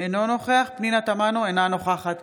אינו נוכח פנינה תמנו, אינה נוכחת